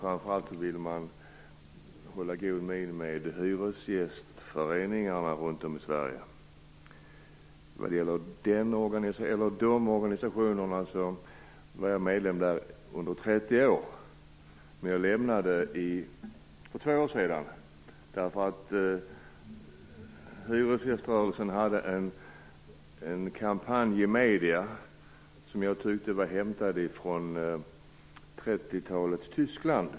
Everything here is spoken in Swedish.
Framför allt vill man hålla god min inför hyresgästföreningarna runt om i Sverige. Jag var medlem i en hyresgästförening i 30 år, men för två år sedan lämnade jag den. Hyresgäströrelsen bedrev då en kampanj i medierna som jag tyckte var som hämtad från 30-talets Tyskland.